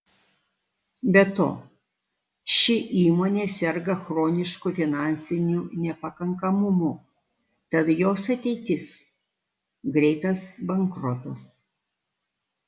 be to ši įmonė serga chronišku finansiniu nepakankamumu tad jos ateitis greitas bankrotas